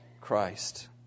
Christ